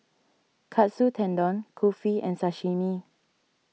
Katsu Tendon Kulfi and Sashimi